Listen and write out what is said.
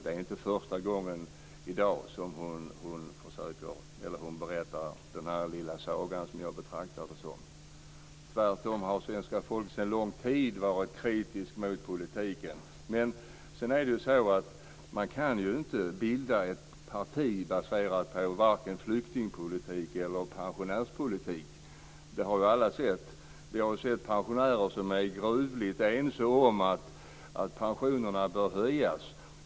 I dag är inte första gången som hon berättar den här lilla sagan, som jag betraktar det som. Tvärtom har svenska folket sedan lång tid varit kritiskt mot politiken. Sedan är det så att man kan inte bilda ett parti baserat på varken flyktingpolitik eller pensionärspolitik. Det har ju alla sett. Vi har sett pensionärer som är gruvligt ense om att pensionerna bör höjas.